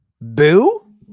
Boo